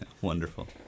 Wonderful